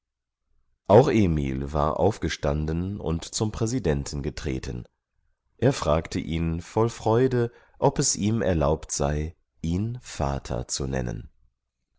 auch emil war aufgestanden und zum präsidenten getreten er fragte ihn voll freude ob es ihm erlaubt sei ihn vater zu nennen